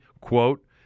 quote